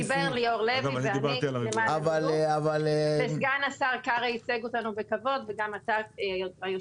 דיבר ליאור לוי וסגן השר קארה ייצג אותנו בכבוד וגם אתה היושב